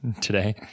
today